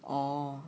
orh